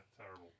terrible